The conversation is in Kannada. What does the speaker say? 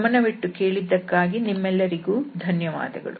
ಗಮನವಿಟ್ಟು ಕೇಳಿದ್ದಕ್ಕಾಗಿ ನಿಮ್ಮೆಲ್ಲರಿಗೂ ಧನ್ಯವಾದಗಳು